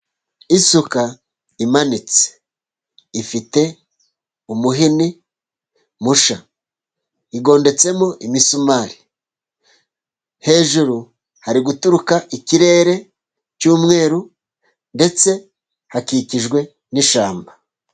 Isuka imanitse, ifite umuhini mushya igodetsemo imisumari, hejuru hari guturuka ikirere cy'umweru, ndetse hakikijwe n'ishyamba.